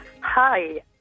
Hi